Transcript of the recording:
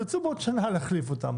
תרצו בעוד שנה להחליף אותם